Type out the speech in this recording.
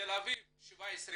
תל אביב 17%,